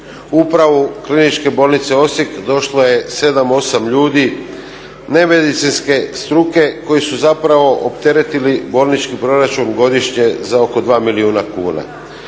upravu u Kliničku bolnicu Osijek došlo je 7, 8 ljudi nemedicinske struke koji su zapravo opteretili bolnički proračun godišnje za oko 2 milijuna kuna.